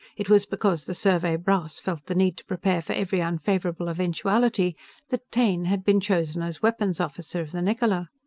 it was because the survey brass felt the need to prepare for every unfavorable eventuality that taine had been chosen as weapons officer of the niccola.